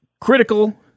critical